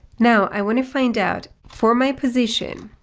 now i want to find out for my position,